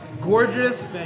gorgeous